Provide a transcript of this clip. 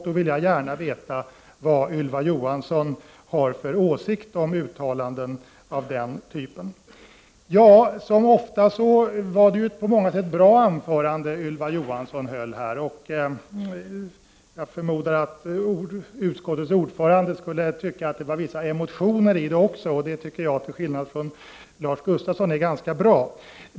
Då vill jag gärna veta vilken åsikt Ylva Johansson har om uttalanden av denna typ. Såsom ofta är fallet var det ett bra anförande som Ylva Johansson höll. Jag förmodar att utskottets ordförande tycker att det också fanns vissa emotioner i det, vilket jag till skillnad från Lars Gustafsson tycker är ganska bra.